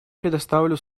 предоставлю